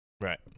Right